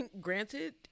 granted